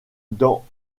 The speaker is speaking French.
dans